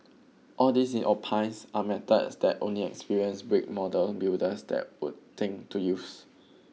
all these he opines are methods that only experienced brick model builders there would think to use